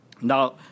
Now